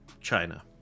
China